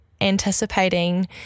anticipating